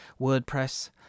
WordPress